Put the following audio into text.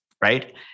right